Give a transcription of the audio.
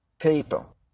people